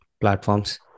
platforms